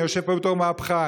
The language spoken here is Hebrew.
אני יושב פה בתור מהפכן.